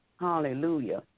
hallelujah